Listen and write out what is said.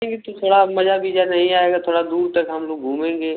नहीं तो थोड़ा मज़ा विजा नहीं आएगा थोड़ा दूर तक हम लोग घूमेंगे